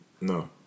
No